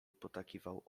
potakiwał